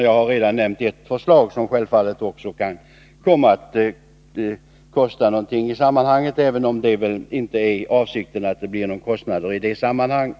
Jag har redan nämnt ett förslag, vars genomförande självfallet också skulle kostaen Nr 107 del, även om avsikten väl är att det inte skall bli några kostnader i det här sammanhanget.